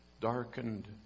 darkened